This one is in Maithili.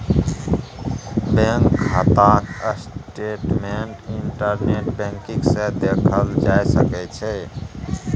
बैंक खाताक स्टेटमेंट इंटरनेट बैंकिंग सँ देखल जा सकै छै